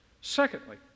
Secondly